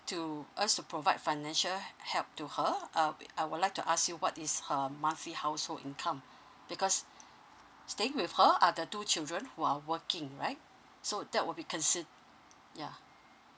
to us to provide financial help to her uh I would like to ask you what is her monthly household income because staying with her are the two children who are working right so that would be considered yeah